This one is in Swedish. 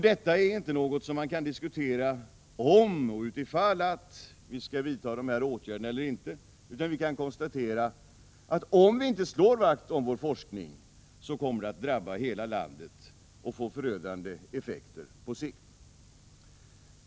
Det kan inte vara en diskussionsfråga om vi skall vidta de här åtgärderna eller inte. Vi kan konstatera, att om vi inte slår vakt om vår forskning kommer detta att drabba hela landet och få förödande effekter på sikt.